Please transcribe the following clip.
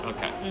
Okay